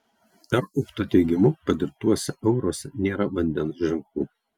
r upto teigimu padirbtuose euruose nėra vandens ženklų